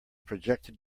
projected